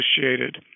associated